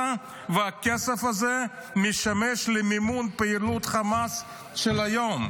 והכסף הזה משמש למימון פעילות חמאס של היום.